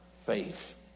Faith